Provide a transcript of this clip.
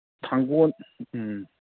ꯊꯥꯡꯒꯣꯟ ꯎꯝ